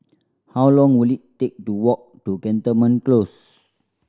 how long will it take to walk to Cantonment Close